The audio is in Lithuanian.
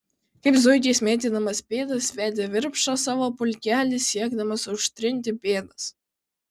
kaip zuikis mėtydamas pėdas vedė virpša savo pulkelį siekdamas užtrinti pėdas